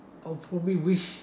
I will probably wish